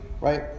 right